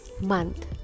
month